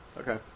Okay